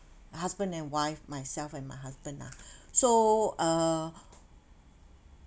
husband and wife myself and my husband lah so uh